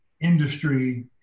industry